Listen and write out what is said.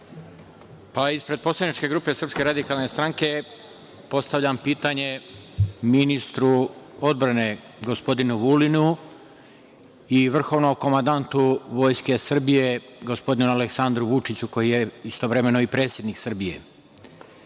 Ispred poslaničke grupe SRS postavljam pitanje ministru odbrane gospodinu Vulinu i vrhovnom komandantu Vojske Srbije gospodinu Aleksandru Vučiću, koji je istovremeno i predsednik Srbije. Koji